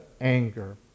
anger